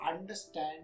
understand